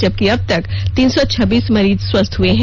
जबकि अबतक तीन सौ छब्बीस मरीज स्वस्थ हुए हैं